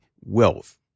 wealth